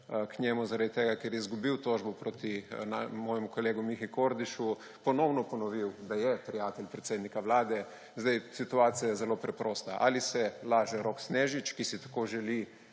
k njemu zaradi tega, ker je izgubil tožbo proti mojemu kolegu Mihu Kordišu, ponovno ponovil, da je prijatelj predsednika Vlade. Situacija je zelo preprosta, ali se laže Rok Snežič, ki si tako želi